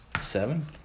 Seven